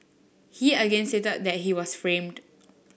he again stated that he was framed